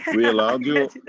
we allowed you.